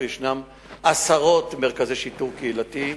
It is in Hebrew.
ישנם עשרות מרכזי שיטור קהילתי.